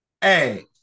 Hey